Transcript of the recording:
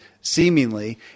seemingly